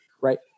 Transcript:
right